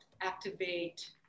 activate